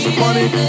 money